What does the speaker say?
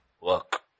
work